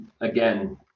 again